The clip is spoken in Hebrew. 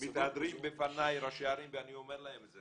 -- מתהדרים בפניי ראשי ערים ואני אומר להם את זה,